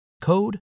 code